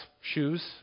shoes